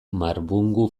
marbungu